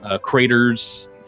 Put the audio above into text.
Craters